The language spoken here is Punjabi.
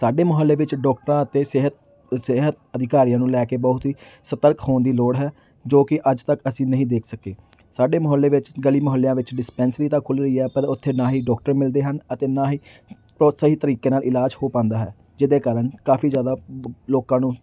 ਸਾਡੇ ਮੁਹੱਲੇ ਵਿੱਚ ਡੋਕਟਰਾਂ ਅਤੇ ਸਿਹਤ ਸਿਹਤ ਅਧਿਕਾਰੀਆਂ ਨੂੰ ਲੈ ਕੇ ਬਹੁਤ ਹੀ ਸਤਰਕ ਹੋਣ ਦੀ ਲੋੜ ਹੈ ਜੋ ਕਿ ਅੱਜ ਤੱਕ ਅਸੀਂ ਨਹੀਂ ਦੇਖ ਸਕੇ ਸਾਡੇ ਮੁਹੱਲੇ ਵਿੱਚ ਗਲੀ ਮੁਹੱਲਿਆਂ ਵਿੱਚ ਡਿਸਪੈਂਸਰੀ ਤਾਂ ਖੁੱਲ੍ਹ ਰਹੀ ਹੈ ਪਰ ਉੱਥੇ ਨਾ ਹੀ ਡੋਕਟਰ ਮਿਲਦੇ ਹਨ ਅਤੇ ਨਾ ਹੀ ਪ੍ਰੋ ਸਹੀ ਤਰੀਕੇ ਨਾਲ ਇਲਾਜ ਹੋ ਪਾਉਂਦਾ ਹੈ ਜਿਹਦੇ ਕਾਰਨ ਕਾਫੀ ਜ਼ਿਆਦਾ ਲੋਕਾਂ ਨੂੰ